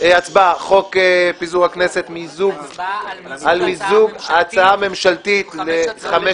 הצבעה על מיזוג ההצעה הממשלתית לחמש